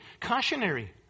cautionary